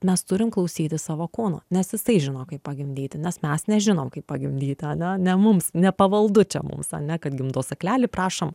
mes turim klausytis savo kūno nes jisai žino kaip pagimdyti nes mes nežinom kaip pagimdyti ane ne mums nepavaldu čia mums ane kad gimdos kakleli prašom